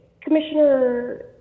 Commissioner